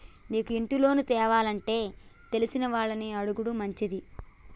నీకు ఇంటి లోను తేవానంటే తెలిసినోళ్లని అడుగుడు మంచిది